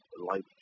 Life